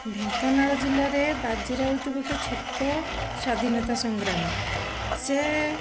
ଢେଙ୍କାନାଳ ଜିଲ୍ଲାରେ ବାଜିରାଉତ ଗୋଟିଏ ଛୋଟ ସ୍ୱାଧୀନତା ସଂଗ୍ରାମୀ ସିଏ